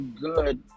good